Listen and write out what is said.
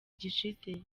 gishize